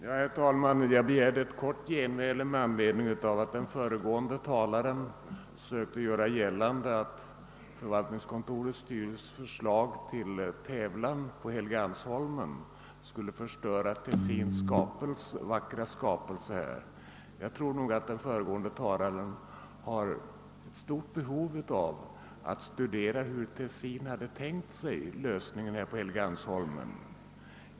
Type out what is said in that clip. Herr talman! Jag begärde ett kort genmäle med anledning av att den föregående talaren sökte göra gällande att förvaltningskontorets styrelses förslag till tävlan på Helgeandsholmen skulle förstöra Tessins vackra skapelse. Jag tror att den föregående talaren har stort behov av att studera hur Tessin hade tänkt sig bebyggelsen här på Helgeandsholmen.